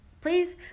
Please